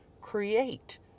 Create